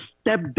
step